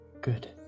good